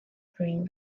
during